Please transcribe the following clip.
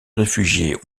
réfugiés